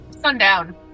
Sundown